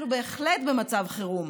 אנחנו בהחלט במצב חירום,